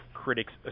Critics